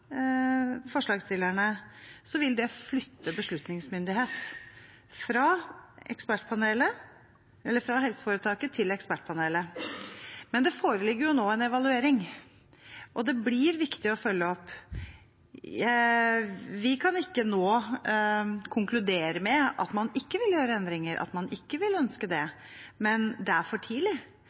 det flytte beslutningsmyndighet fra helseforetaket til ekspertpanelet. Men det foreligger nå en evaluering, og det blir viktig å følge opp. Vi kan ikke nå konkludere med at man ikke vil gjøre endringer, at man ikke vil ønske det, men det er for tidlig.